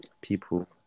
people